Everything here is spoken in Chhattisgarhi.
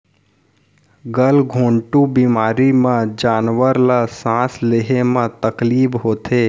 गल घोंटू बेमारी म जानवर ल सांस लेहे म तकलीफ होथे